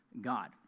God